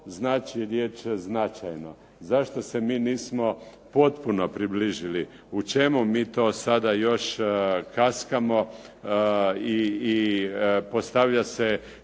znači riječ značajno? Zašto se mi nismo potpuno približili? U čemu mi to sada još kaskamo i postavlja se